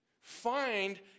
Find